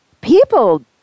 people